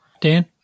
Dan